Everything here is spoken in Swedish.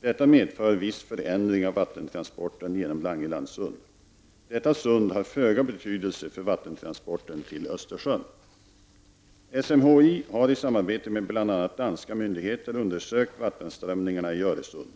Detta medför viss förändring av vattentransporten genom Langelandssund. Detta sund har föga betydelse för vattentransporten till SMHI har i samarbete med bl.a. danska myndigheter undersökt vattenströmningar i Öresund.